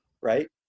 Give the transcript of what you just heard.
right